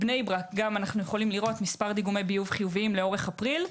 בני ברק אפשר לראות מספר דיגומי ביוב חיוביים לאורך אפריל.